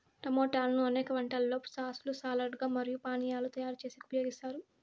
టమోటాలను అనేక వంటలలో సాస్ లు, సాలడ్ లు మరియు పానీయాలను తయారు చేసేకి ఉపయోగిత్తారు